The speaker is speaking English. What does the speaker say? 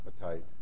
appetite